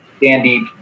Dandy